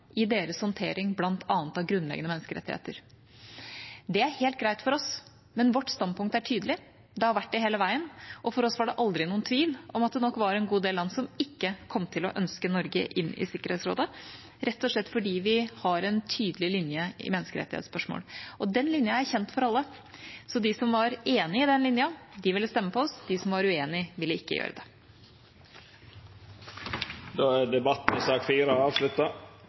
i deres håndtering av bl.a. grunnleggende menneskerettigheter. Det er helt greit for oss, men vårt standpunkt er tydelig, det har vært det hele veien. For oss var det aldri noen tvil om at det nok var en god del land som ikke kom til å ønske Norge inn i Sikkerhetsrådet, rett og slett fordi vi har en tydelig linje i menneskerettighetsspørsmål. Den linja er kjent for alle, så de som var enige i den linja, ville stemme på oss, de som var uenige, ville ikke gjøre det. Då er debatten i sak nr. 4 avslutta.